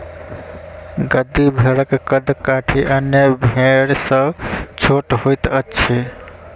गद्दी भेड़क कद काठी अन्य भेड़ सॅ छोट होइत अछि